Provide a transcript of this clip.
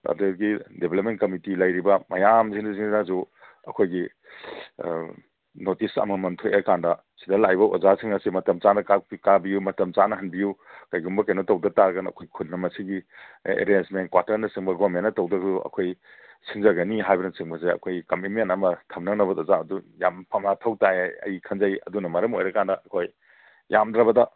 ꯑꯗꯒꯤ development committee ꯂꯩꯔꯤꯕ ꯃꯌꯥꯝꯁꯤꯡꯁꯤꯅꯁꯨ ꯑꯩꯈꯣꯏꯒꯤ ꯅꯣꯇꯤꯁ ꯑꯃꯃꯝ ꯊꯣꯛꯑꯦ ꯍꯥꯏꯔꯀꯥꯟꯗ ꯁꯤꯗ ꯂꯥꯛꯏꯕ ꯑꯣꯖꯥꯁꯤꯡ ꯑꯁꯤ ꯃꯇꯝ ꯆꯥꯅ ꯀꯥꯕꯤꯌꯨ ꯃꯇꯝ ꯆꯥꯅ ꯍꯟꯕꯤꯌꯨ ꯀꯩꯒꯨꯝꯕ ꯀꯩꯅꯣ ꯇꯧꯗ ꯇꯥꯔꯒꯅ ꯑꯩꯈꯣꯏ ꯈꯨꯟꯅ ꯃꯁꯤꯒꯤ ꯑꯦꯔꯦꯟꯁꯃꯦꯟ ꯀ꯭ꯋꯥꯇꯔꯅꯆꯤꯡꯕ ꯒꯣꯔꯃꯦꯟꯅ ꯇꯧꯗ꯭ꯔꯒꯁꯨ ꯑꯩꯈꯣꯏ ꯁꯤꯟꯖꯒꯅꯤ ꯍꯥꯏꯕꯅꯆꯤꯡꯕꯁꯦ ꯑꯩꯈꯣꯏ ꯀꯝꯃꯤꯠꯃꯦꯟ ꯑꯃ ꯊꯝꯅꯅꯕꯗꯣ ꯑꯣꯖꯥ ꯑꯗꯨ ꯌꯥꯝ ꯃꯊꯧ ꯇꯥꯏ ꯑꯩ ꯈꯟꯖꯩ ꯑꯗꯨꯅ ꯃꯔꯝ ꯑꯣꯏꯔꯀꯥꯟꯗ ꯑꯩꯈꯣꯏ ꯌꯥꯝꯗ꯭ꯔꯕꯗ